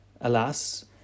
Alas